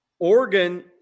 Oregon